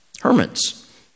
Hermits